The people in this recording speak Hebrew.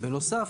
בנוסף,